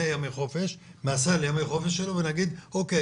ימי חופש מימי החופש שלו ונגיד 'אוקיי,